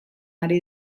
ari